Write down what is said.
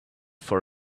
for